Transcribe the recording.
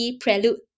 prelude